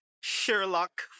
Sherlock